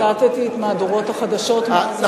ציטטתי את מהדורות החדשות מאז הבוקר.